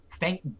thank